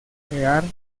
crear